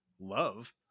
love